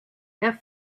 der